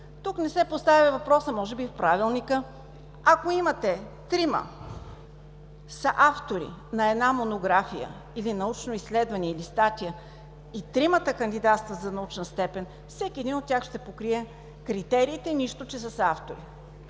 Тук не се поставя въпросът, може би ще се постави в правилника, ако имате трима съавтори на една монография или научно изследване, или статия, и тримата кандидатстват за научна степен, всеки един от тях ще покрие критериите, нищо, че са съавтори.